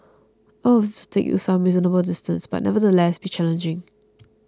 all of these will take you some reasonable distance but it will nevertheless be challenging